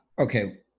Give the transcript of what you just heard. Okay